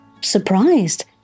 surprised